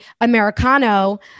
Americano